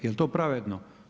Jel to pravedno?